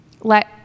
Let